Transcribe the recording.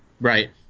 Right